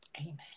Amen